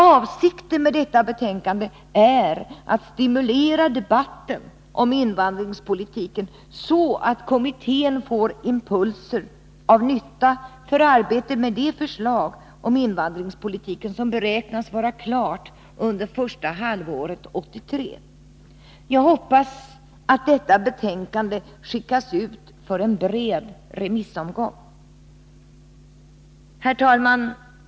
Avsikten med detta betänkande är att stimulera debatten om invandringspolitiken, så att kommittén får impulser till nytta för arbetet med det förslag om invandringspolitiken som beräknas vara klart under första halvåret 1983. Jag hoppas att detta betänkande skickas ut för en bred remissomgång. Herr talman!